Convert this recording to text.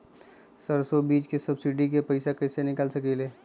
सरसों बीज के सब्सिडी के पैसा कईसे निकाल सकीले?